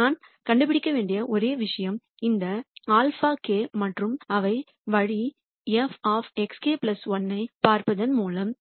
நான் கண்டுபிடிக்க வேண்டிய ஒரே விஷயம் இந்த αk மற்றும் அவை வழி fxk 1 ஐப் பார்ப்பதன் மூலம்